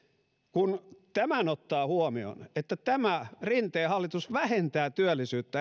kun ottaa huomioon että tämä rinteen hallitus vähentää työllisyyttä